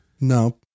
No